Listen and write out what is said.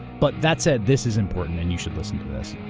but that said, this is important and you should listen to this.